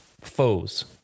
foes